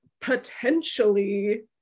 potentially